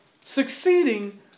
succeeding